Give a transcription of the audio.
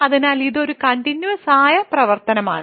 അതിനാൽ ഇത് ഒരു കണ്ടിന്യൂസ് ആയ പ്രവർത്തനമാണ്